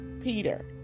Peter